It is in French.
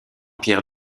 pierre